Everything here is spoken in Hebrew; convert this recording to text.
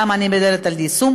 למה אני מדברת על יישום?